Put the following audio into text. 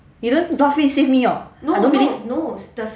save me hor I don't believe